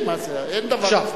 אין דבר כזה.